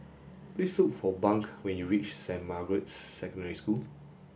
please look for Bunk when you reach Saint Margaret's Secondary School